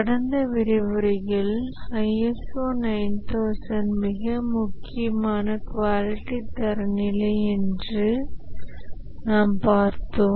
கடந்த விரிவுரையில் ISO 9000 மிக முக்கியமான குவாலிட்டி தரநிலை என்று நாம் பார்த்தோம்